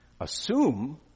assume